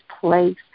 place